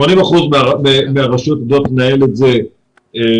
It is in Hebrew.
80 אחוזים מהרשויות יודעות לנהל את זה מצוין.